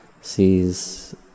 sees